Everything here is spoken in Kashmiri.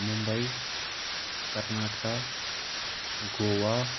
مُمباے کَرناٹکا گوا